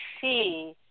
see